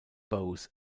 both